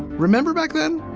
remember back then,